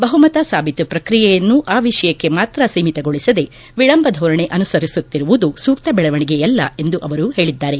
ಬಹುಮತ ಸಾಬೀತು ಪ್ರಕ್ರಿಯೆಯನ್ನು ಆ ವಿಷಯಕ್ಕೆ ಮಾತ್ರ ಸೀಮಿತಗೊಳಿಸದೆ ವಿಳಂಬಧೋರಣೆ ಅನುಸರಿಸುತ್ತಿರುವುದು ಸೂಕ್ತ ಬೆಳವಣಿಗೆಯಲ್ಲ ಎಂದು ಅವರು ಹೇಳಿದ್ದಾರೆ